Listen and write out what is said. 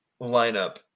lineup